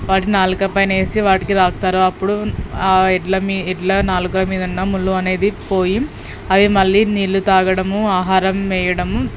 వాటి నాలుకపైన వేసి వాటికి రుద్దుతారు అప్పుడు ఆ ఎడ్ల మీద ఆ ఎడ్లు నాలుక మీద ఉన్న ముళ్ళు అనేది పోయి అవి మళ్ళీ నీళ్ళు తాగడము ఆహారం మేయడం